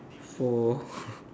four